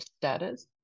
status